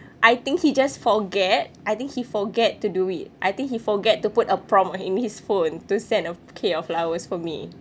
I think he just forget I think he forget to do it I think he forget to put a prompt in his phone to send a bouquet of flowers for me